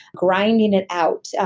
grinding it out,